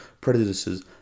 prejudices